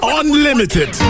unlimited